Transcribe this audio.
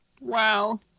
Wow